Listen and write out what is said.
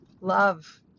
love